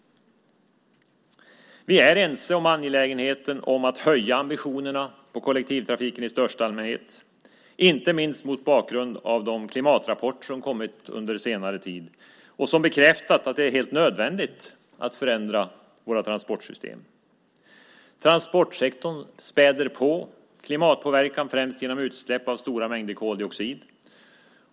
Vi är ense om angelägenheten av att höja ambitionerna för kollektivtrafiken i största allmänhet, inte minst mot bakgrund av de klimatrapporter som har kommit under senare tid och som har bekräftat att det är helt nödvändigt att förändra våra transportsystem. Transportsektorn späder på klimatpåverkan främst genom utsläpp av stora mängder koldioxid.